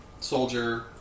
Soldier